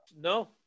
No